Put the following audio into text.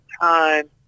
time